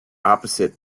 opposite